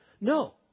No